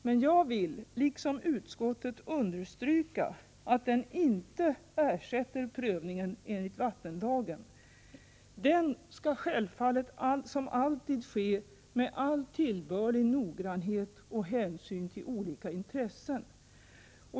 Men jag vill, liksom utskottet, understryka att den inte ersätter prövningen enligt vattenlagen. Den skall självfallet som alltid ske med all tillbörlig noggrannhet och hänsyn till olika intressen.